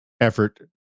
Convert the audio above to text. effort